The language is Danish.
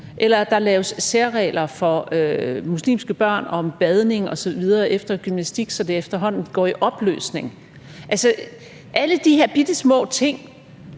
eller at der laves særregler for muslimske børn om badning osv. efter gymnastik, så det efterhånden går i opløsning. Hvad er det,